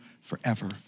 forever